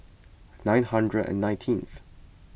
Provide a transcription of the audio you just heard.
nine hundred and nineteenth